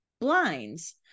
BLINDS